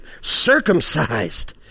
circumcised